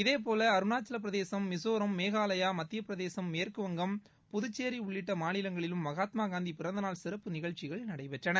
இதேபோல அருணாச்சலப்பிரதேசம் மிஸோராம் மேகாலயா மத்தியப்பிரதேசம் மேற்குவங்கம் புதுச்சேரி உள்ளிட்ட மாநிலங்களிலும் மகாத்மா காந்தி பிறந்த நாள் சிறப்பு நிகழ்ச்சிகள் நடைபெற்றன